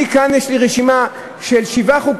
יש לי רשימה של שבע הצעות חוק